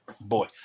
Boy